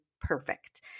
perfect